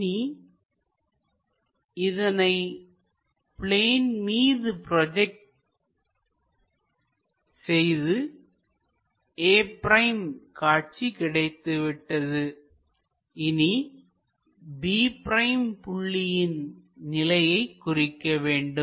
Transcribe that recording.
இனி இதனை பிளேன் மீது ப்ரோஜெக்ட் செய்து a' காட்சி கிடைத்துவிட்டது இனி b' புள்ளியின் நிலையை குறிக்க வேண்டும்